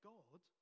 God